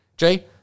Jay